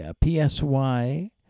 P-S-Y